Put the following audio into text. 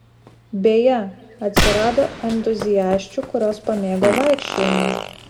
beje atsirado entuziasčių kurios pamėgo vaikščiojimą